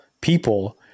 people